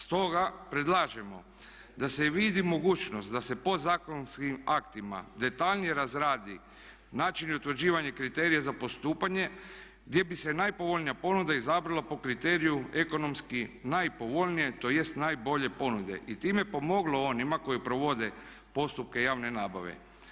Stoga predlažemo da se vidi mogućnost da se podzakonskim aktima detaljnije razradi način i utvrđivanje kriterija za postupanje gdje bi se najpovoljnija ponuda izabrala po kriteriju ekonomski najpovoljnije, tj. najbolje ponude i time pomoglo onima koji provode postupke javne nabave.